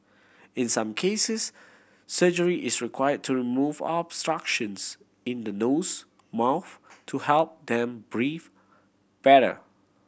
in some cases surgery is require to remove obstructions in the nose mouth to help them breathe better